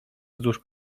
wzdłuż